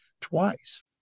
twice